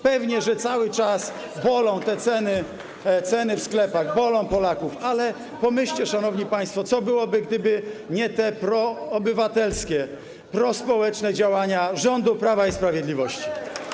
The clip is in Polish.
Pewnie, że cały czas bolą te ceny w sklepach, bolą Polaków, ale pomyślcie, szanowni państwo, co byłoby, gdyby nie te proobywatelskie, prospołeczne działania rządu Prawa i Sprawiedliwości.